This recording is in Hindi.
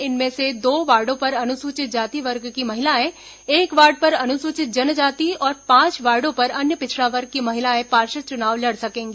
इनमें से दो वार्डो पर अनुसूचित जाति वर्ग की महिलाएं एक वार्ड पर अनुसूचित जनजाति और पांच वार्डो पर अन्य पिछड़ा वर्ग की महिलाएं पार्षद चुनाव लड़ सकेंगी